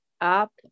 up